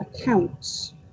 accounts